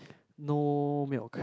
no milk